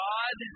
God